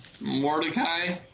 Mordecai